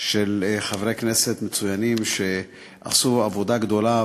של חברי כנסת מצוינים שעשו עבודה גדולה,